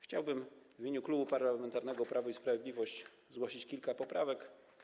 Chciałbym w imieniu Klubu Parlamentarnego Prawo i Sprawiedliwość zgłosić kilka poprawek.